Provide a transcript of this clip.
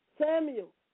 Samuel